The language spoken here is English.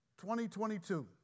2022